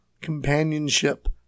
companionship